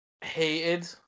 hated